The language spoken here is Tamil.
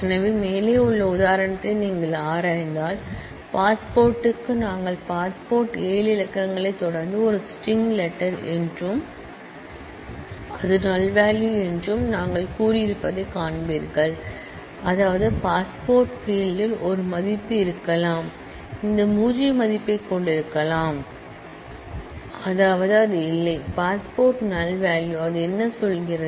எனவே மேலே உள்ள உதாரணத்தை நீங்கள் ஆராய்ந்தால் பாஸ்போர்ட்டுக்கு நாங்கள் பாஸ்போர்ட் ஏழு இலக்கங்களைத் தொடர்ந்து ஒரு ஸ்ட்ரிங் லெட்டர் என்றும் அது நல் என்றும் நாங்கள் கூறியிருப்பதைக் காண்பீர்கள் அதாவது பாஸ்போர்ட் பீல்ட் ல் ஒரு மதிப்பு இருக்கலாம் இந்த பூஜ்ய மதிப்பைக் கொண்டிருக்கலாம் அதாவது அது இல்லை பாஸ்போர்ட் நல் அது என்ன சொல்கிறது